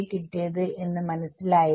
കിട്ടിയത് എന്ന് മനസ്സിലായില്ല